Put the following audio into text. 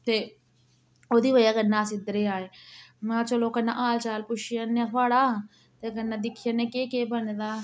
ते ओहदी बजह कन्नै अस इद्धरै आए महां चलो कन्नै हाल चाल पुच्छी औन्ने आं थोआढ़ा ते कन्नै दिक्खी औन्ने आं केह् केह् बने दा